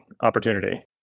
opportunity